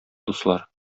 дуслар